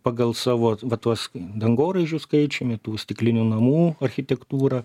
pagal savo va tuos dangoraižių skaičiumi tų stiklinių namų architektūra